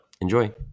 enjoy